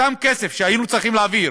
אותו כסף שהיינו צריכים להעביר